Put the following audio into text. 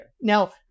Now